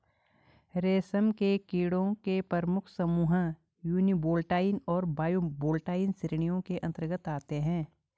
रेशम के कीड़ों के प्रमुख समूह यूनिवोल्टाइन और बाइवोल्टाइन श्रेणियों के अंतर्गत आते हैं